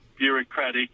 Bureaucratic